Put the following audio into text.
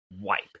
wipe